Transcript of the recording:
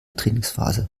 trainingsphase